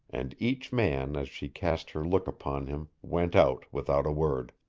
and each man as she cast her look upon him went out without a word.